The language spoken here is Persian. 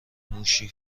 موشی